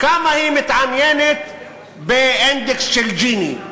כמה היא מתעניינת באינדקס של ג'יני,